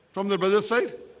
from the brothers side